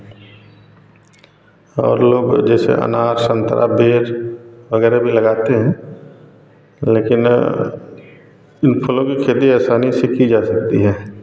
और लोग जैसे अनार संतरा बैर वगैरह भी लगाते हैं लेकिन इन फलों की खेती आसानी से की जा सकते है